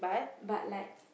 but like